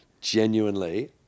Genuinely